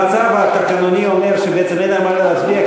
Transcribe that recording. המצב התקנוני אומר שבעצם אין על מה להצביע,